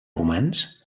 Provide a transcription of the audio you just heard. romans